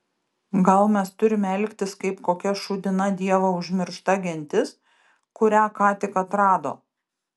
gal mes turime elgtis kaip kokia šūdina dievo užmiršta gentis kurią ką tik atrado